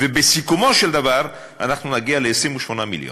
ובסיכומו של דבר אנחנו נגיע ל-28 מיליון.